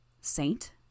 Saint